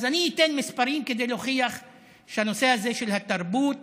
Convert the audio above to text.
אז אני אתן מספרים כדי להוכיח שהנושא הזה של התרבות